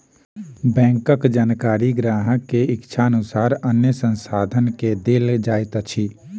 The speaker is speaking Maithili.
बैंकक जानकारी ग्राहक के इच्छा अनुसार अन्य संस्थान के देल जाइत अछि